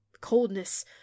coldness